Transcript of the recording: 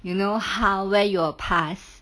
you know how where your pass